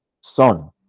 Son